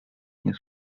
nie